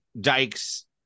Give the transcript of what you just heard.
dykes